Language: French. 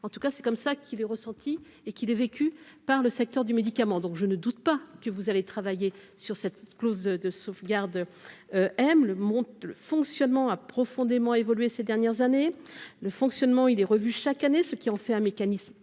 en tout cas c'est comme ça qu'il est ressenti et qu'il est vécu par le secteur du médicament, donc je ne doute pas que vous allez travailler sur cette clause de sauvegarde, M. Le monde le fonctionnement a profondément évolué ces dernières années le fonctionnement il est revu chaque année, ce qui en fait un mécanisme